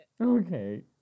Okay